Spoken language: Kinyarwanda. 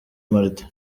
martin